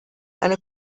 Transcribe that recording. eine